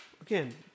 Again